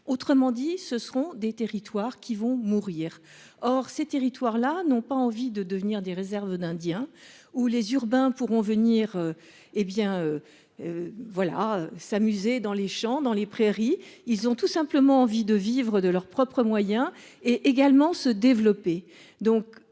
Autrement dit, ce seront des territoires qui vont mourir. Or ces territoires-là n'ont pas envie de devenir des réserves d'Indiens ou les urbains pourront venir. Eh bien. Voilà s'amuser dans les champs, dans les prairies, ils ont tout simplement envie de vivre de leurs propres moyens et également se développer